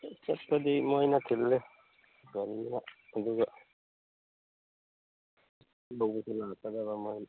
ꯆꯠꯄꯗꯤ ꯃꯣꯏꯅ ꯊꯤꯜꯂꯦ ꯒꯥꯔꯤꯅ ꯑꯗꯨꯒ ꯂꯧꯕꯁꯨ ꯂꯥꯛꯀꯗꯕ ꯃꯣꯏꯅ